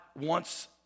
wants